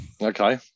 okay